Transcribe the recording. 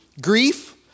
grief